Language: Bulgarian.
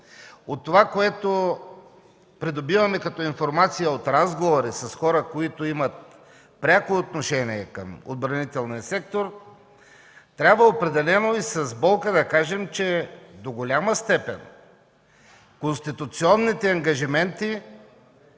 от това, което придобиваме като информация от разговори с хора, които имат пряко отношение към отбранителния сектор, трябва определено и с болка да кажем, че до голяма степен конституционните ангажименти